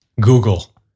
Google